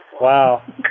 Wow